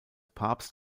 papst